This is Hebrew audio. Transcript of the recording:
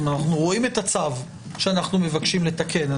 אנחנו רואים את הצו שאנחנו מבקשים לתקן,